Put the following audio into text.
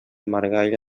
margall